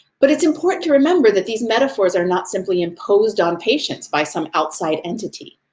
but it's important to remember that these metaphors are not simply imposed on patients by some outside entity.